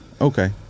Okay